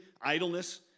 idleness